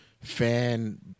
fan